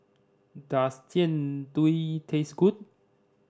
does Jian Dui taste good